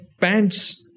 Pants